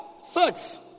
six